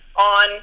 on